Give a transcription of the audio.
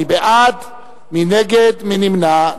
מי בעד, מי נגד, מי נמנע?